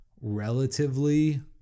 relatively